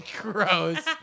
gross